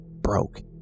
broke